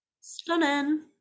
stunning